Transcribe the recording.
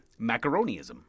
Macaroniism